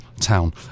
town